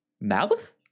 mouth